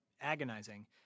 agonizing